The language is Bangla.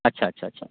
আচ্ছা আচ্ছা আচ্ছা